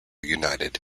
united